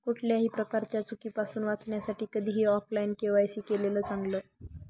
कुठल्याही प्रकारच्या चुकीपासुन वाचण्यासाठी कधीही ऑफलाइन के.वाय.सी केलेलं चांगल